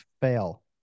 fail